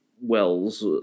Wells